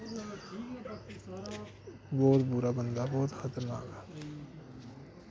बहुत बुरा बंदा ऐ बहुत खतरनाक बंदा